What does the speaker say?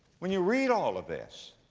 when you read all of this,